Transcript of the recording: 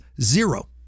Zero